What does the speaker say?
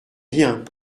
bien